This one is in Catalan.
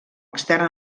extern